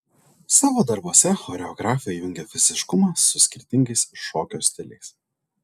savo darbuose choreografai jungia fiziškumą su skirtingais šokio stiliais